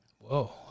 Whoa